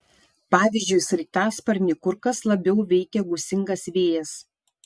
pavyzdžiui sraigtasparnį kur kas labiau veikia gūsingas vėjas